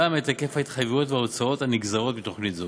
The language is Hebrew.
את היקף ההתחייבויות וההוצאות הנגזרות מתוכנית זו.